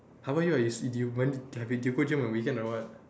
how about you what you go gym on weekend or what